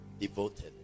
devoted